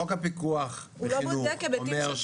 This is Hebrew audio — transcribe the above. חוק הפיקוח בחינוך אומר,